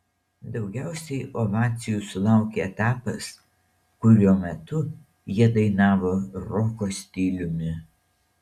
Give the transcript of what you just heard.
daugiausiai ovacijų sulaukė etapas kurio metu jie dainavo roko stiliumi